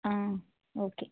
okay